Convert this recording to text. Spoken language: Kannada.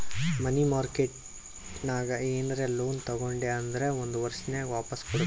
ಮನಿ ಮಾರ್ಕೆಟ್ ನಾಗ್ ಏನರೆ ಲೋನ್ ತಗೊಂಡಿ ಅಂದುರ್ ಒಂದ್ ವರ್ಷನಾಗೆ ವಾಪಾಸ್ ಕೊಡ್ಬೇಕ್